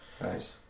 nice